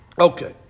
Okay